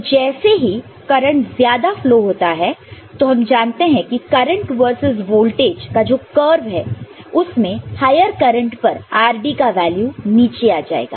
तो जैसे ही करंट ज्यादा फ्लो होता है तो हम जानते हैं कि करंट वर्सेस वोल्टेज का जो कर्व है उसमें हायर करंट पर rd का वैल्यू नीचे आ जाएगा